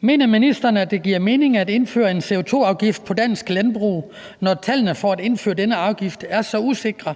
Mener ministeren, at det giver mening at indføre en CO2-afgift på dansk landbrug, når tallene for at indføre denne afgift er så usikre,